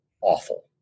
awful